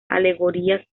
alegorías